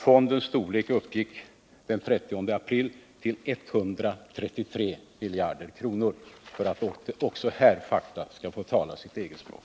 Fondens storlek uppgick den 30 april till 133 miljarder kronor — för att också på den punkten fakta skall få tala sitt eget språk.